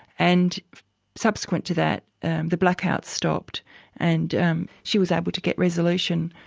and subsequent to that the blackouts stopped and she was able to get resolution.